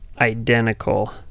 identical